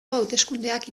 hauteskundeak